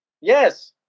Yes